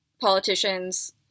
politicians